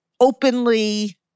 openly